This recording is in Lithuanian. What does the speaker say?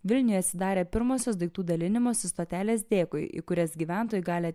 vilniuje atsidarė pirmosios daiktų dalinimosi stotelės dėkui į kurias gyventojai gali